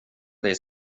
dig